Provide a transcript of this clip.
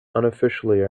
unofficially